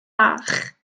bach